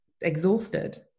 exhausted